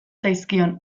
zaizkion